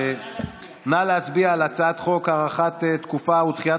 נא להצביע על הצעת חוק הארכת תקופות ודחיית